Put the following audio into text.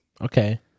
okay